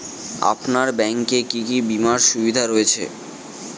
আপনার ব্যাংকে কি কি বিমার সুবিধা রয়েছে?